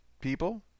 people